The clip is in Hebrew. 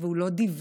והוא לא דיווח.